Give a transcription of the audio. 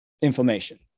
inflammation